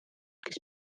kes